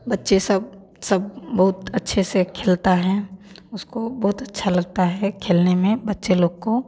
बच्चे सब सब बहुत अच्छे से खेलता है उसको बहुत अच्छा लगता है खेलने में बच्चे लोग को